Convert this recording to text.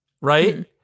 right